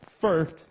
first